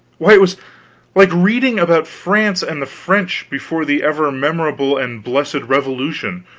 why, it was like reading about france and the french, before the ever memorable and blessed revolution,